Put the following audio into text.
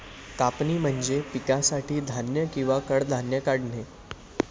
कापणी म्हणजे पिकासाठी धान्य किंवा कडधान्ये काढणे